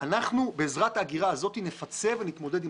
אנחנו בעזרת האגירה הזאת נפצה ונתמודד עם